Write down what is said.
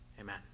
Amen